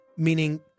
meaning